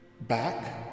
Back